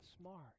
smart